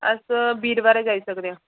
अस बीरबारें जाई सकदे आं